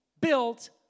built